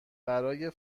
برای